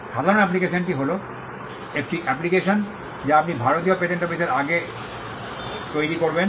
সাধারণ অ্যাপ্লিকেশনটি হল একটি অ্যাপ্লিকেশন যা আপনি ভারতীয় পেটেন্ট অফিসের আগে তৈরি করবেন